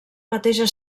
mateix